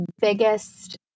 biggest